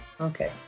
Okay